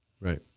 Right